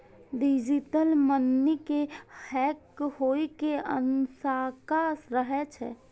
digital money के hack होइ के आशंका रहै छै